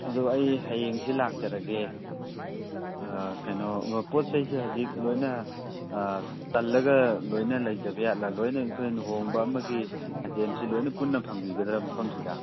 ꯑꯗꯨ ꯑꯩ ꯍꯌꯦꯡꯁꯤ ꯂꯥꯛꯆꯔꯒꯦ ꯀꯩꯅꯣ ꯄꯣꯠ ꯆꯩꯁꯤ ꯍꯧꯖꯤꯛ ꯂꯣꯏꯅ ꯆꯜꯂꯒ ꯂꯣꯏꯅ ꯂꯩꯖꯕꯤ ꯖꯥꯠꯂꯥ ꯂꯣꯏꯅ ꯑꯩꯈꯣꯏ ꯂꯨꯍꯣꯡꯕ ꯑꯃꯒꯤ ꯑꯥꯏꯇꯦꯝꯁꯤ ꯂꯣꯏꯅ ꯄꯨꯟꯅ ꯐꯪꯕꯤꯒꯗ꯭ꯔꯥ ꯃꯐꯝꯁꯤꯗ